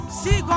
see